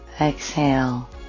exhale